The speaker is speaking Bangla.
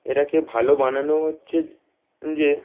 এটাকে ভালো বানানো হচ্ছে যে